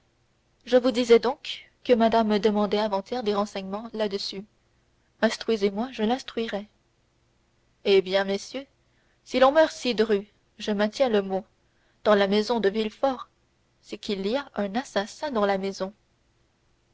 je vous disais donc que madame me demandait avant-hier des renseignements là-dessus instruisez-moi je l'instruirai eh bien messieurs si l'on meurt si dru je maintiens le mot dans la maison villefort c'est qu'il y a un assassin dans la maison